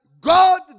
God